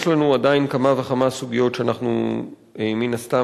יש לנו עדיין כמה וכמה סוגיות שאנחנו מן הסתם